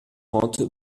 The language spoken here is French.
trente